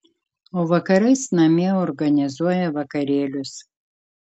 o vakarais namie organizuoja vakarėlius